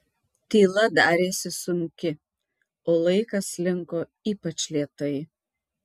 tyla darėsi sunki o laikas slinko ypač lėtai